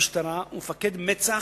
במשטרה ומפקד מצ"ח,